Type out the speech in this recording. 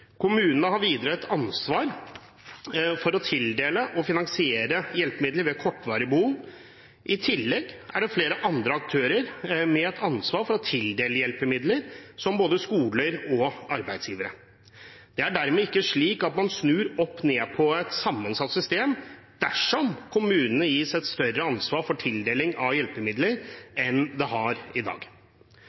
ved kortvarige behov. I tillegg er det flere andre aktører med et ansvar for å tildele hjelpemidler, som både skoler og arbeidsgivere. Det er dermed ikke slik at man snur opp ned på et sammensatt system dersom kommunene gis et større ansvar for tildeling av hjelpemidler enn de har i dag.